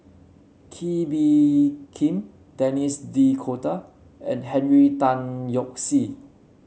Kee Bee Khim Denis D'Cotta and Henry Tan Yoke See